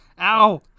Ow